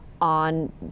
on